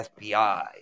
FBI